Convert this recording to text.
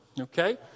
okay